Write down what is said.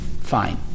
fine